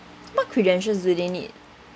what credentials do they need